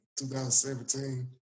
2017